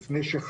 לא,